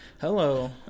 Hello